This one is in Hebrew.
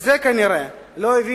את זה כנראה לא הבינה